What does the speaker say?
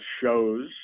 shows